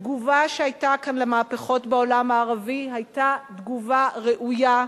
התגובה שהיתה כאן למהפכות בעולם הערבי היתה תגובה ראויה,